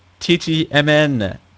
TTMN